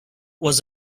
was